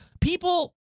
people